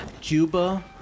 Juba